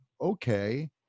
okay